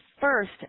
first